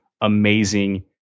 amazing